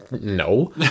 No